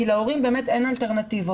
כי להורים באמת אין אלטרנטיבות,